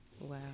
Wow